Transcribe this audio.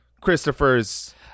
Christopher's